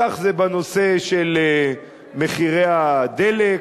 כך זה בנושא של מחירי הדלק,